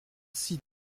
cite